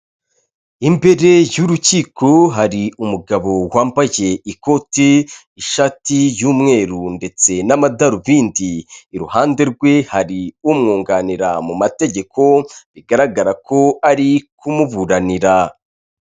Imbere y'urukiko hari umugabo wambayekiye ikoti, ishati y'umweru ndetse n'amadarubindi, iruhande rwe hari umwunganira mu mategeko bigaragara ko ari kumuburanira.